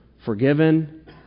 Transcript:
forgiven